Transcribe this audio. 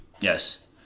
Yes